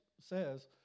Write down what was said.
says